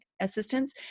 assistance